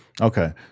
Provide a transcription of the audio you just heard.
Okay